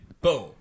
boom